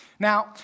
Now